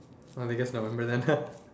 oh I guess